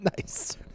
Nice